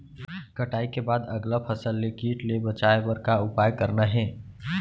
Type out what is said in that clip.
कटाई के बाद अगला फसल ले किट ले बचाए बर का उपाय करना हे?